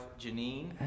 Janine